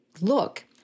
look—